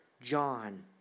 John